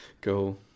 go